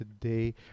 today